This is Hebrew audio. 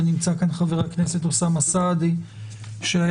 ונמצא כאן חבר הכנסת אוסאמה סעדי שהיה